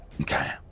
Okay